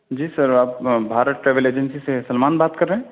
جی sir آپ Bharat travel agency سے سلمان بات کر رہے ہیں